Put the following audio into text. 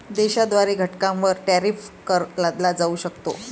देशाद्वारे घटकांवर टॅरिफ कर लादला जाऊ शकतो